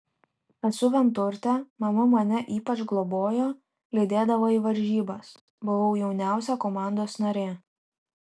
esu vienturtė mama mane ypač globojo lydėdavo į varžybas buvau jauniausia komandos narė